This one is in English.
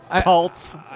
Cults